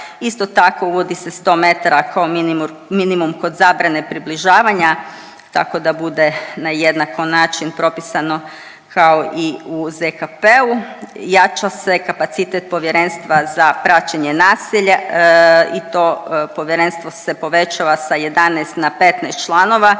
Isto tako uvodi se 100 metara kao minimum kod zabrane približavanja tako da bude na jednako način propisano kao i u ZKP-u. Jača se kapacitet Povjerenstva za praćenje nasilja i to povjerenstvo se povećava sa 11 na 15 članova